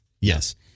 Yes